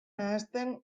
nahasten